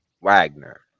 Wagner